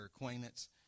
acquaintance